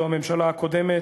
זו הממשלה הקודמת,